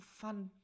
fun